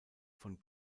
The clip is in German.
von